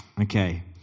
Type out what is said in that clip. Okay